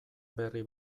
berri